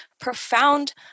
profound